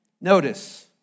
notice